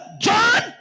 John